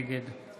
נגד